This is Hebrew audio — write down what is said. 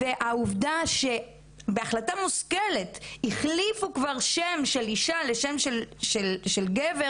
והעובדה שבהחלטה מושכלת החליפו כבר שם של אישה לשם של גבר,